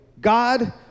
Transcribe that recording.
God